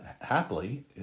happily